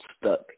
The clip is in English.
stuck